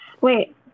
Wait